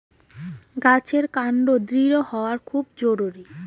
গাছের কান্ড দৃঢ় হওয়া খুব জরুরি